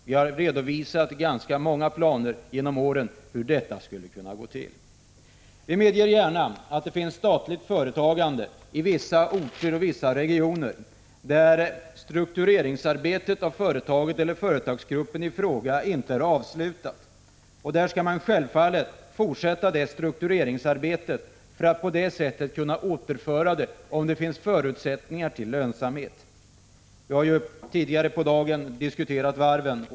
Vi har redovisat ganska många exempel genom åren på hur detta skulle kunna gå till. Vi medger gärna att det finns statligt företagande i vissa lägen och regioner där struktureringsarbetet i fråga inte är avslutat. Där bör man självfallet fortsätta detta struktureringsarbete för att på det sättet, om det finns förutsättningar, kunna återföra företagen till lönsamhet. Vi har tidigare i dag diskuterat varven.